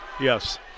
yes